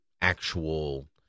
actual